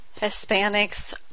Hispanics